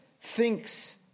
thinks